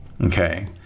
okay